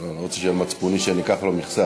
אני לא רוצה על מצפוני שאני אקח לו מכסה.